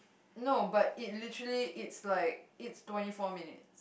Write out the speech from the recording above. no but it literally its like it's twenty four minutes